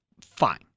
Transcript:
Fine